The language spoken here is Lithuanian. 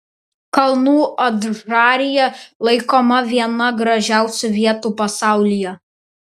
kalnų adžarija laikoma viena gražiausių vietų pasaulyje